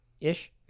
Ish